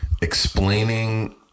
explaining